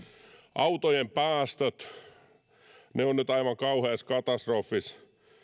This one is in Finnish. autojen päästöt ne ovat nyt aivan kauheassa katastrofissa